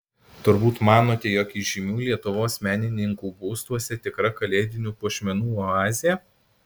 turbūt manote jog įžymių lietuvos menininkų būstuose tikra kalėdinių puošmenų oazė